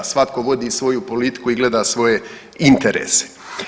Svatko vodi svoju politiku i gleda svoje interese.